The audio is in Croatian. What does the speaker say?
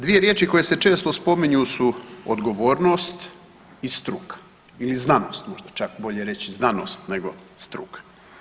Dvije riječi koje se često spominju su odgovornost i struka ili znanost možda čak bolje reći znanost nekog struka.